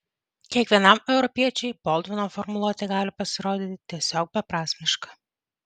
kiekvienam europiečiui boldvino formuluotė gali pasirodyti tiesiog beprasmiška